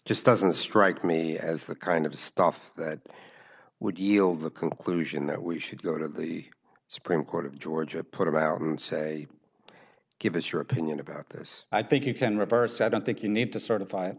just doesn't strike me as the kind of stuff that would yield the conclusion that we should go to the supreme court of georgia put it out and say give us your opinion about this i think you can reverse i don't think you need to